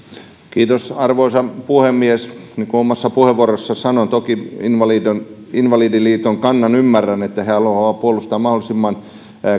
kiitos arvoisa puhemies niin kuin omassa puheenvuorossani sanoin toki invalidiliiton invalidiliiton kannan ymmärrän että he haluavat puolustaa mahdollisimman